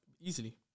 Easily